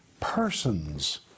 persons